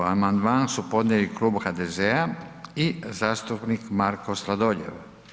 Amandman su podnijeli klub HDZ-a i zastupnik Marko Sladoljev.